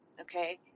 okay